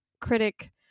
critic